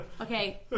Okay